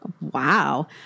wow